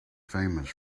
famous